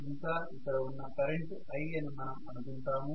ఇంకా ఇక్కడ ఉన్నఈ కరెంటు I అని మనం అనుకుంటాము